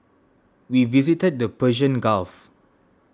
we visited the Persian Gulf